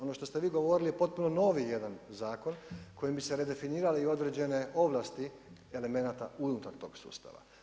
Ono što ste vi govorili je potpuno novi jedan zakon kojim bi se redefinirali određene ovlasti elementa unutar tog sustava.